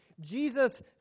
Jesus